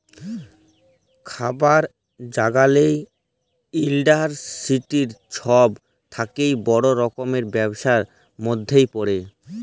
খাবার জাগালের ইলডাসটিরি ছব থ্যাকে বড় রকমের ব্যবসার ম্যধে পড়ে